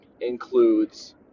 includes